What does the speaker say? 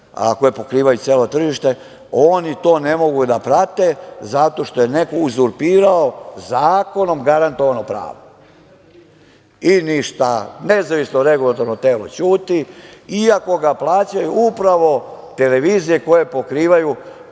koje pokrivaju celo tržište. Oni to ne mogu da prate zato što je neko uzurpirao zakonom garantovano pravo. I ništa. Nezavisno regulatorno telo ćuti, i ako ga plaćaju upravo televizije koje pokrivaju